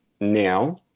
now